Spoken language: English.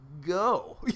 go